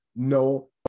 no